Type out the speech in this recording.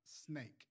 Snake